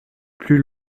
plus